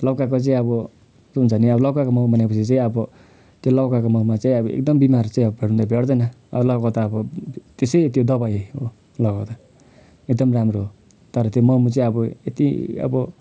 लौकाको चाहिँ अब कस्तो हुन्छ भने लौकाको मोमो बनायो पछि अब त्यो लौकाको मोमोमा चाहिँ एकदम बिमार चाहिँ भेट्नु त भेट्दैन तर लौका त अब त्यसै त्यो दवाई हो लौका त एकदम राम्रो हो तर त्यो मोमो चाहिँ अब यति अब